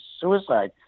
suicide